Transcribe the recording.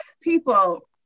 people